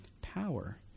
power